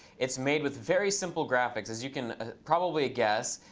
it's made with very simple graphics. as you can probably guess,